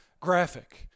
graphic